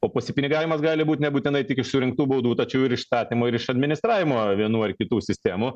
o pasipinigavimas gali būti nebūtinai tik iš surinktų baudų tačiau ir statymų ir iš administravimo vienų ar kitų sistemų